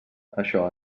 això